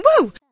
Woo